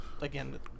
again